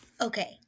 Okay